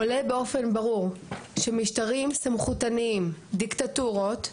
עולה באופן ברור שמשטרים סמכותניים, דיקטטורות,